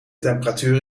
temperatuur